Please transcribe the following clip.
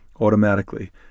Automatically